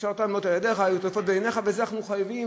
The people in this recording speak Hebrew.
"וקשרתם לאות על ידך והיו לטטפות בין עיניך" בזה אנחנו חייבים,